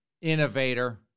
Innovator